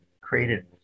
created